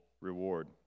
reward